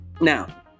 Now